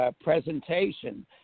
Presentation